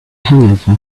hangover